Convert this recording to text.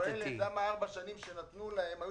היא שואלת: למה בארבע השנים שנתנו להם היו